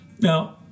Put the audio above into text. Now